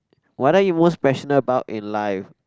what are you most passionate about in life